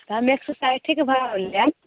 हम एक सओ साठिएके भाव लेब